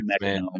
man